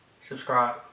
subscribe